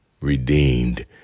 redeemed